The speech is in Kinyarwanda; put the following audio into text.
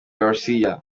garcia